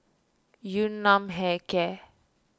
Yun Nam Hair Care